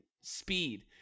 speed